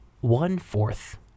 one-fourth